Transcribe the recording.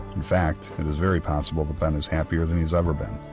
in fact it is very possible that ben is happier than he's ever been.